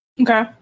Okay